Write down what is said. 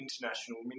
international